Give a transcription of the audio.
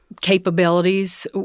capabilities